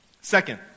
Second